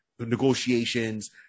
negotiations